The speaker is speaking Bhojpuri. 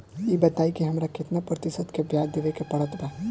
ई बताई की हमरा केतना प्रतिशत के ब्याज देवे के पड़त बा?